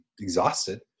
exhausted